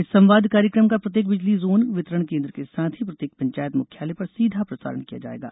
इस संवाद कार्यक्रम का प्रत्येक बिजली जोन वितरण केंद्र के साथ ही प्रत्येक पंचायत मुख्यालय पर सीधा प्रसारण किया जाएगा